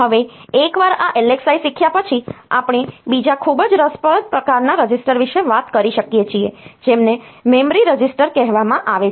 હવે એકવાર આ LXI શીખ્યા પછી આપણે બીજા ખૂબ જ રસપ્રદ પ્રકારના રજિસ્ટર વિશે વાત કરી શકીએ છીએ જેને મેમરી રજિસ્ટર કહેવામાં આવે છે